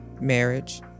marriage